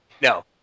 no